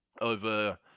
over